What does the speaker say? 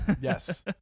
yes